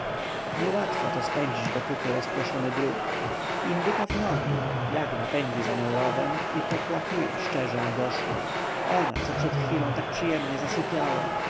niełatwo to spędzić do kupy rozpłoszony drób indyka w nogi jagna pędzi za nią rowem i popłakuje szczerze a gorzko ona co przed chwilą tak przyjemnie zasypiała